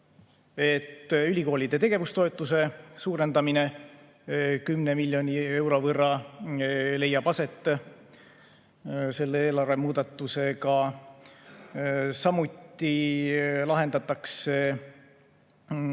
ülikoolide tegevustoetuse suurendamine 10 miljoni euro võrra leiab aset selle eelarvemuudatusega. Samuti lahendatakse